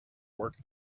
work